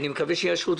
אני מקווה שיאשרו אותו.